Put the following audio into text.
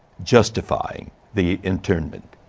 justifying the internment.